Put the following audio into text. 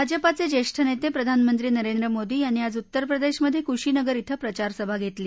भाजपाचे ज्येष्ठ नेते प्रधानमंत्री नरेंद्र मोदी यांनी आज उत्तरप्रदेशमधे कुशीनगर श्विं प्रचार सभा घेतली